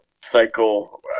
cycle